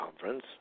Conference